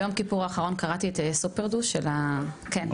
אתה יודע